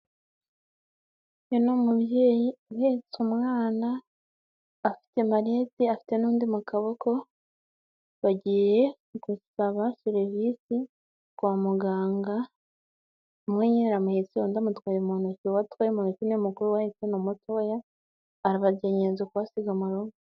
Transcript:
Uyu ni umubyeyi uhetse umwana, afite marete afite n'undi mu kaboko, bagiye gusaba serivisi kwa muganga, umwe nyine aramuhetse undi amutwaye mu ntoki. Uwo utwaye mu ntoki niwe mukuru uwo ahetse ni umutoya, arabajyanye yanze kubasiga mu rugo.